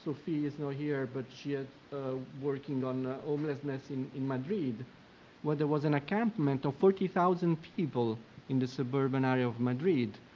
sophie is not here but she had working on homelessness in in madrid where there was an encampment of forty thousand people in the suburban area of madrid.